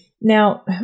Now